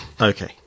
Okay